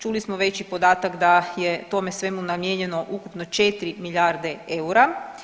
Čuli smo već i podatak da je tomu svemu namijenjeno ukupno 4 milijarde eura.